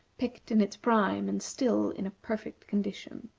picked in its prime, and still in a perfect condition.